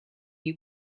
you